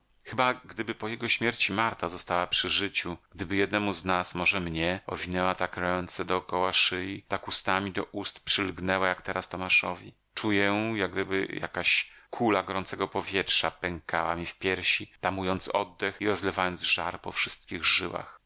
chyba gdyby po jego śmierci marta została przy życiu gdyby jednemu z nas może mnie owinęła tak ręce około szyi tak ustami do ust przylgnęła jak teraz tomaszowi czuję jak gdyby jakaś kula gorącego powietrza pękała mi w piersi tamując oddech i rozlewając żar po wszystkich żyłach